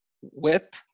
Whip